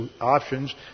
options